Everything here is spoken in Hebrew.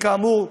כאמור,